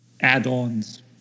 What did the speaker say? add-ons